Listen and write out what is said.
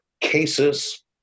cases